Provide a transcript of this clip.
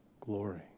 glory